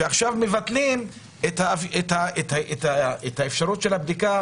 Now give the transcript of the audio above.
שעכשיו מבטלים את האפשרות של הבדיקה.